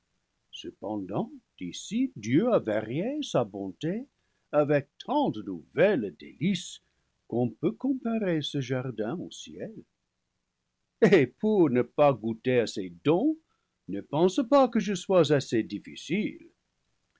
cependant ici dieu a varié sa bonté avec tant de nouvelles délices qu'on peut comparer ce jardin au ciel et pour ne pas goûter à ces dons ne pense pas que je sois assez difficile